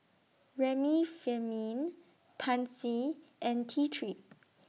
Remifemin Pansy and T three